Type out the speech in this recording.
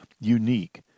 unique